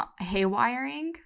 haywiring